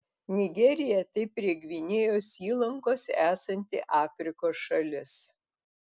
nigerija tai prie gvinėjos įlankos esanti afrikos šalis